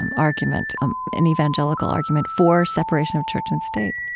um argument um an evangelical argument for separation of church and state